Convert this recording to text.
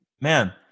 Man